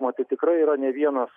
matyt tikrai yra ne vienas